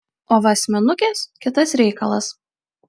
o va asmenukės kitas reikalas